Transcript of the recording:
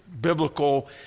biblical